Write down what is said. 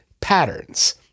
patterns